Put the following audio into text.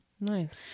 Nice